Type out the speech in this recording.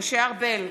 משה ארבל,